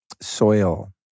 soil